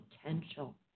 potential